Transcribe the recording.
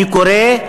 אני קורא,